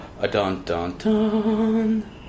A-dun-dun-dun